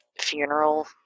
funeral